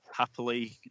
happily